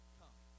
come